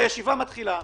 הישיבה מתחילה,